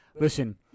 Listen